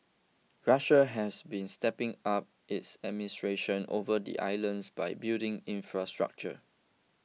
Russia has been stepping up its administration over the islands by building infrastructure